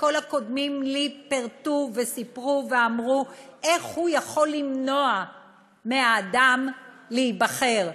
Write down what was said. שכל הקודמים לי פירטו וסיפרו ואמרו איך הוא יכול למנוע מהאדם להיבחר,